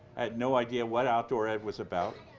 no idea what outdoor ed was about,